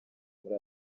muri